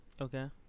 Okay